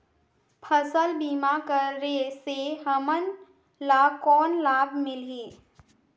फसल बीमा करे से हमन ला कौन लाभ मिलही?